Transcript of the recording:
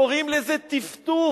קוראים לזה טפטוף.